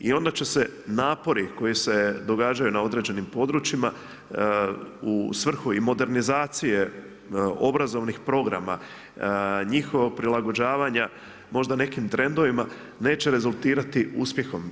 I onda će se napori koji se događaju na određenim područjima u svrhu i modernizacije obrazovnih programa, njihovog prilagođavanja možda nekim trendovima neće rezultirati uspjehom.